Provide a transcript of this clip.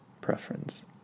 preference